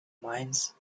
mines